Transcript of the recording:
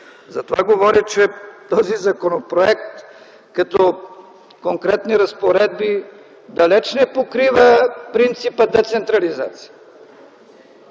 Затова говоря, че този законопроект като конкретни разпоредби далеч не покрива принципа децентрализация.